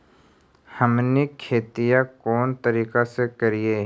हमनी खेतीया कोन तरीका से करीय?